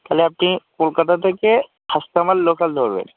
তালে আপনি কলকাতা থেকে হাসনাবাদ লোকাল ধরবেন